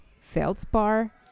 feldspar